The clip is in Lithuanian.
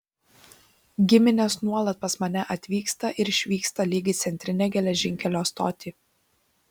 giminės nuolat pas mane atvyksta ir išvyksta lyg į centrinę geležinkelio stotį